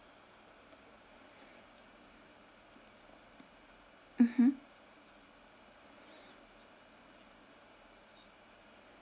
mmhmm